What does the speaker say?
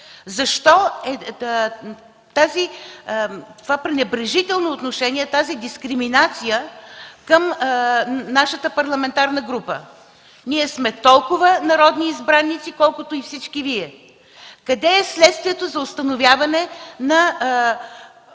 Защо е това пренебрежително отношение, тази дискриминация към нашата парламентарна група?! Ние сме толкова народни избраници, колкото и всички Вие! Къде е следствието за установяване на